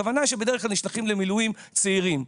הכוונה היא שבדרך כלל נשלחים למילואים צעירים.